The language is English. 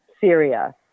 Syria